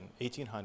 1800